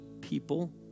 people